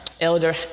Elder